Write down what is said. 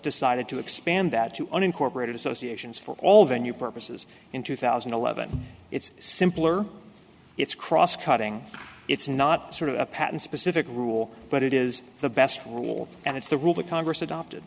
decided to expand that to unincorporated associations for all the new purposes in two thousand and eleven it's simpler it's cross cutting it's not sort of a patent specific rule but it is the best rule and it's the rule that congress adopted